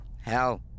Hell